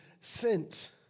sent